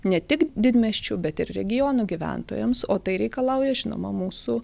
ne tik didmiesčių bet ir regionų gyventojams o tai reikalauja žinoma mūsų